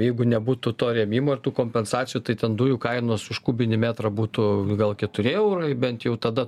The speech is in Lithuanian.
jeigu nebūtų to rėmimo ir tų kompensacijų tai ten dujų kainos už kubinį metrą būtų gal keturi eurai bent jau tada